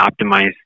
optimize